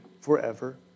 forever